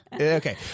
Okay